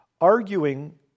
arguing